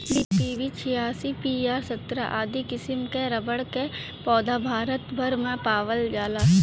PB छियासी, PR सत्रह आदि किसिम कअ रबड़ कअ पौधा भारत भर में पावल जाला